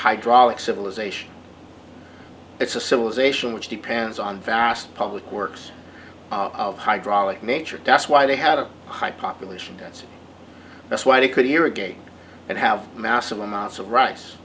hydraulic civilization it's a civilization which depends on vast public works of hydraulic nature that's why they had a high population density that's why they could hear again and have massive amounts of rice